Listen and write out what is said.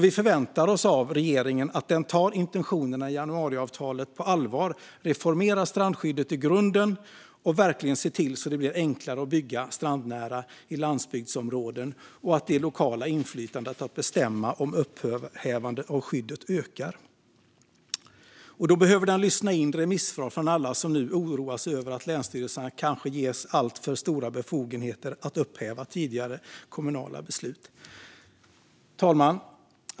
Vi förväntar oss av regeringen att den tar intentionerna i januariavtalet på allvar, reformerar strandskyddet i grunden och verkligen ser till att det blir enklare att bygga strandnära i landsbygdsområden och att det lokala inflytandet att bestämma om upphävande av skyddet ökar. Då behöver de lyssna in remissvar från alla som nu oroas över att länsstyrelserna kanske ges alltför stora befogenheter att upphäva tidigare kommunala beslut. Fru talman!